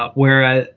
ah whereas,